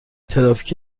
ترافیک